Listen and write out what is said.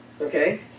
Okay